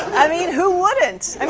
i mean, who wouldn't? and